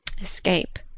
Escape